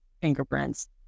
fingerprints